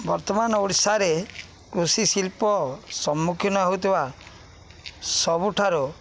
ବର୍ତ୍ତମାନ ଓଡ଼ିଶାରେ କୃଷିଶିଳ୍ପ ସମ୍ମୁଖୀନ ହଉଥିବା ସବୁଠାରୁ